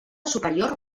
superior